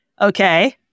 Okay